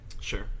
Sure